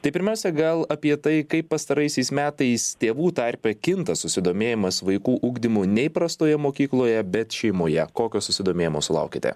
tai pirmiausia gal apie tai kaip pastaraisiais metais tėvų tarpe kinta susidomėjimas vaikų ugdymu ne įprastoje mokykloje bet šeimoje kokio susidomėjimo sulaukiate